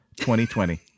2020